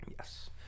Yes